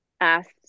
asked